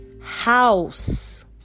house